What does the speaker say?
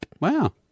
Wow